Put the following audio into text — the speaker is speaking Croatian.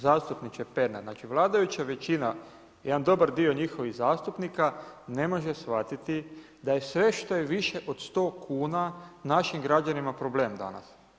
Zastupniče Pernar, znači vladajuća većina, jedan dobar dio njihovih zastupnika ne može shvatiti da je sve što je više od 100 kuna našim građanima problem danas.